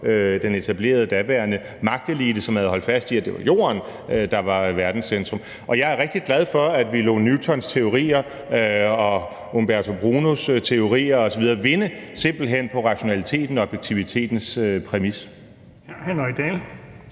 den etablerede daværende magtelite, som havde holdt fast i, at det var jorden, der var verdens centrum. Jeg er rigtig glad for, at vi lod Newtons teorier, Giordano Brunos teorier osv. vinde simpelt hen på rationalitetens og objektivitetens præmis.